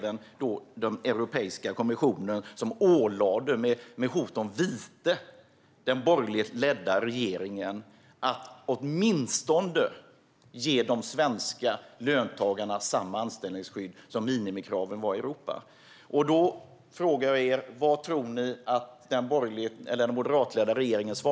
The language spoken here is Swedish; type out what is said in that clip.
EU-kommissionen ålade, med hot om vite, den borgerligt ledda regeringen att åtminstone ge de svenska löntagarna samma anställningsskydd som gällde som minimikrav i Europa. Vad svarade då den moderatledda regeringen?